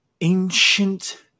ancient